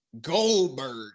Goldberg